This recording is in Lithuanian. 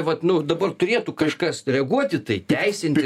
vat nu dabar turėtų kažkas reaguot į tai teisinti